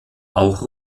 auch